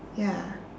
ya